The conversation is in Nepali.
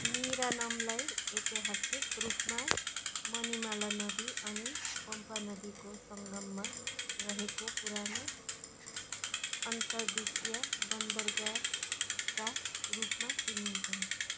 मिरानमलाई ऐतिहासिक रूपमा मनिमाला नदी अनि पम्बा नदीको सङ्गममा रहेको पुरानो अन्तरदेशीय बन्दरगाहका रूपमा चिनिन्छन्